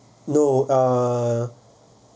no uh